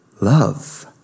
love